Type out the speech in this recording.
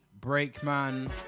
Breakman